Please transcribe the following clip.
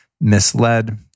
misled